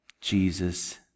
Jesus